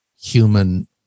human